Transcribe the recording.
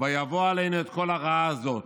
ויבא עלינו את כל הרעה הזאת,